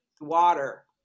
water